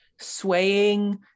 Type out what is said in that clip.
swaying